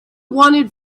wanted